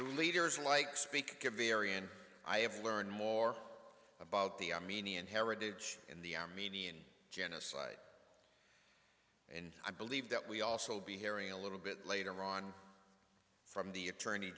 you leaders like speaker very and i have learned more about the armenian heritage in the armenian genocide and i believe that we also be hearing a little bit later on from the attorney